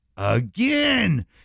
Again